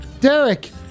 Derek